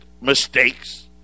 mistakes